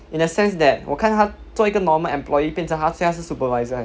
in a sense that 我看他做一个 normal employee 变成他现在是个 supervisor eh